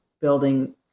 building